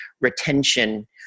retention